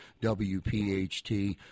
WPHT